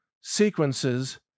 sequences